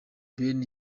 ben